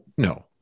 No